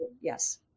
Yes